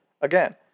Again